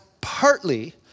partly